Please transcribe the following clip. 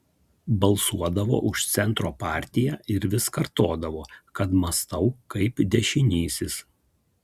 balsuodavo už centro partiją ir vis kartodavo kad mąstau kaip dešinysis